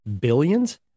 billions